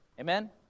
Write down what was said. Amen